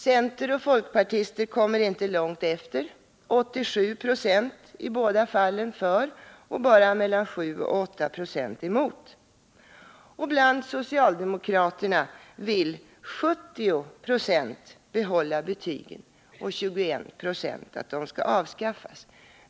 Centerpartister och folkpartister kommer inte långt efter — 87 96 i båda fallen är för och bara mellan 7 och 8 26 mot betyg. Bland socialdemokraterna vill 70 26 behålla betygen och 21 96 att de skall avskaffas.